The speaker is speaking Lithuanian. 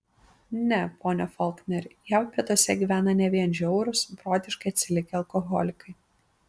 ne pone folkneri jav pietuose gyvena ne vien žiaurūs protiškai atsilikę alkoholikai